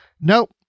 nope